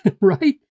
Right